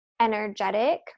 energetic